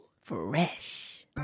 Fresh